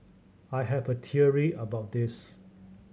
I have a theory about this